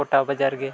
ᱜᱚᱴᱟ ᱵᱟᱡᱟᱨᱜᱮ